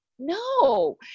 no